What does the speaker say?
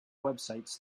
websites